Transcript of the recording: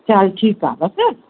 चल ठीकु आहे बसि